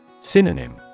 Synonym